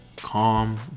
Calm